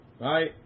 Right